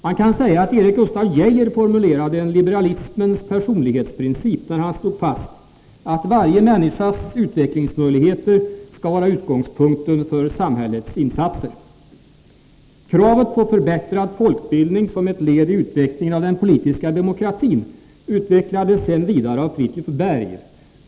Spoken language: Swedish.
Man kan säga att Erik Gustaf Geijer formulerade en liberalismens personlighetsprincip när han slog fast att varje människas utvecklingsmöjligheter skall vara utgångspunkten för samhällets insatser. Kravet på förbättrad folkbildning som ett led i utvecklingen av den politiska demokratin utvecklades vidare av Fridtjuv Berg.